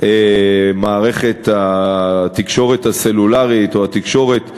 מערכת התקשורת הסלולרית או התקשורת ייפגעו,